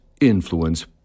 influence